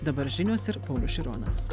dabar žinios ir paulius šironas